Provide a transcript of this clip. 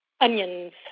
onions